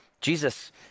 Jesus